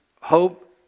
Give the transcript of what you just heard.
hope